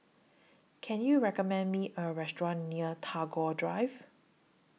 Can YOU recommend Me A Restaurant near Tagore Drive